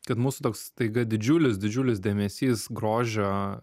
kad mūsų toks staiga didžiulis didžiulis dėmesys grožio